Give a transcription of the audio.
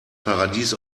paradies